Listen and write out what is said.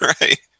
Right